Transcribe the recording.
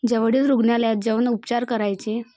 जेवढे रुग्णालयात जाऊन उपचार करायचे